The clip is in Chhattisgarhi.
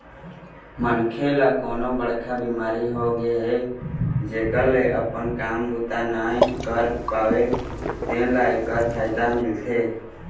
मनखे ल कोनो बड़का बिमारी होगे हे जेखर ले अपन काम बूता नइ कर पावय तेन ल एखर फायदा मिलथे